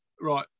right